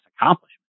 accomplishment